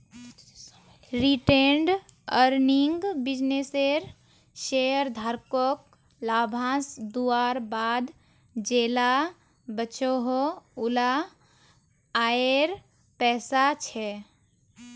retained earning बिज्नेसेर शेयरधारकोक लाभांस दुआर बाद जेला बचोहो उला आएर पैसा छे